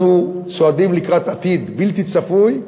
אנחנו צועדים לקראת עתיד בלתי צפוי,